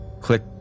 click